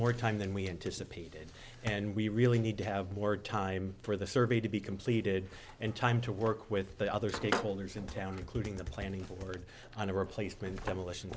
more time than we anticipated and we really need to have more time for the survey to be completed in time to work with the other stakeholders in town including the planning board on a replacement demolition